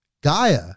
Gaia